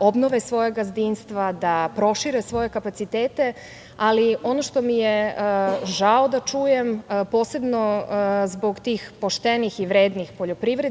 obnove svoja gazdinstva, da prošire svoje kapacitete. Ono što mi je žao da čujem, posebno zbog tih poštenih i vrednih poljoprivrednika